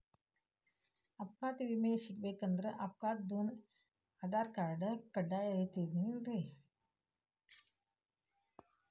ಅಪಘಾತ್ ವಿಮೆ ಸಿಗ್ಬೇಕಂದ್ರ ಅಪ್ಘಾತಾದೊನ್ ಆಧಾರ್ರ್ಕಾರ್ಡ್ ಕಡ್ಡಾಯಿರ್ತದೇನ್?